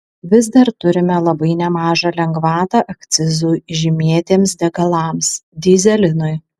vis dar turime labai nemažą lengvatą akcizui žymėtiems degalams dyzelinui